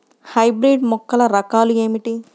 Hybrid మొక్కల రకాలు ఏమిటి?